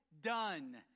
done